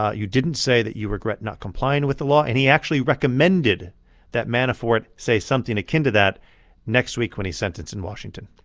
ah you didn't say that you regret not complying with the law. and he actually recommended that manafort say something akin to that next week when he's sentenced in washington